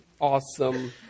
awesome